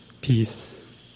peace